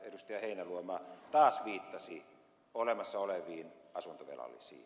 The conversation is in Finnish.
heinäluoma taas viittasi olemassa oleviin asuntovelallisiin